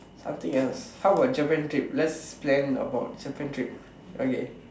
something else how about Japan trip let's plan about Japan trip okay